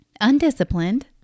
undisciplined